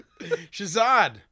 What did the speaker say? Shazad